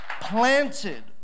planted